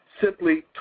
simply